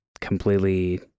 completely